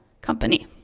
Company